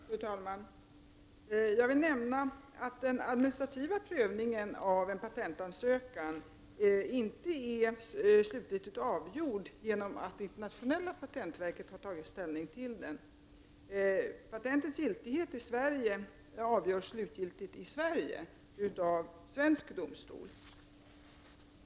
Fru talman! Jag vill nämna att den administrativa prövningen av en patentansökan inte är slutgiltigt avgjord genom att det internationella patentverket har tagit ställning till den. Patentets giltighet i Sverige avgörs slutgiltigt i Sverige av svensk domstol.